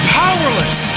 powerless